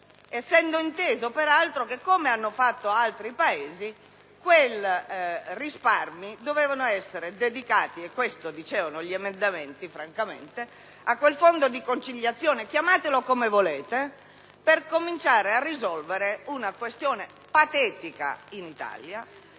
essendo inteso peraltro che, come avvenuto in altri Paesi, quei risparmi dovevano essere dedicati - questo dicevano gli emendamenti - a quel fondo di conciliazione - chiamatelo come volete - per cominciare a risolvere una questione patetica in Italia